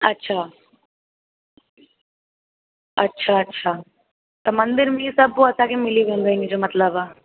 अच्छा अच्छा अच्छा त मंदिर में ई सभु पोइ असांखे मिली वेंदो इनजो मतिलब आहे